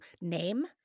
name